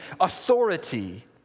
authority